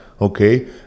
okay